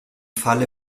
falle